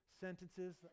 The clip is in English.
sentences